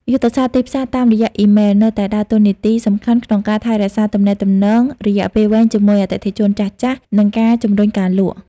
យុទ្ធសាស្ត្រទីផ្សារតាមរយៈអ៊ីមែល នៅតែដើរតួនាទីសំខាន់ក្នុងការថែរក្សាទំនាក់ទំនងរយៈពេលវែងជាមួយអតិថិជនចាស់ៗ និងការជំរុញការលក់។